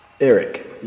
Eric